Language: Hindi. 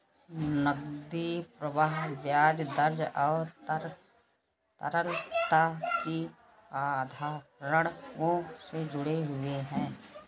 नकदी प्रवाह ब्याज दर और तरलता की अवधारणाओं से जुड़े हुए हैं